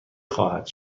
خواهد